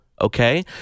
Okay